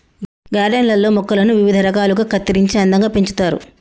garden లల్లో మొక్కలను వివిధ రకాలుగా కత్తిరించి అందంగా పెంచుతారు